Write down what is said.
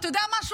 אתה יודע משהו?